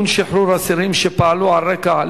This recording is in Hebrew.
זה יועבר לוועדת הכנסת.